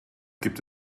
gibt